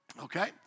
Okay